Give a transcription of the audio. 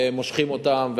ומושכים אותם,